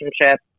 relationship